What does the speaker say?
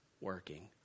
working